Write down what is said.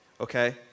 Okay